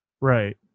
Right